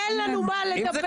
אין לנו על מה לדבר.